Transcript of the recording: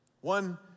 One